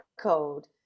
code